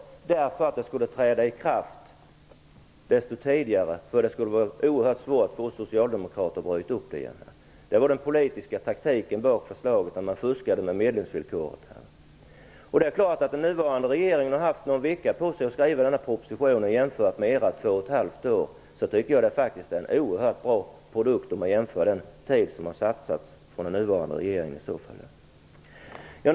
Det gjorde ni för att den skulle träda i kraft så snabbt att det skulle blir oerhört svårt för oss socialdemokrater att ändra beslutet. Det var den politiska taktiken bakom förslaget - man fuskade med medlemsvillkoret. Den nuvarande regeringen har haft någon vecka på sig att skriva den här propositionen, vilket skall jämföras med att ni tog två och ett halvt år på er för att skriva den förra. Med hänsyn till den tid som den nuvarande regeringen har satsat på detta tycker jag att propositionen är en oerhört bra produkt.